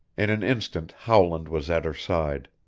in an instant howland was at her side.